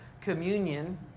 communion